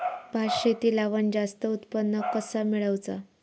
भात शेती लावण जास्त उत्पन्न कसा मेळवचा?